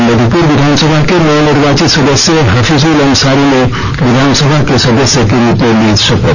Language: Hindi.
और मधुपुर विधानसभा के नवनिवार्चित सदस्य हफिजुल अंसारी ने विधानसभा के सदस्य के रूप में ली शपथ